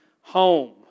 home